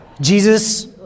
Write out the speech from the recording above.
Jesus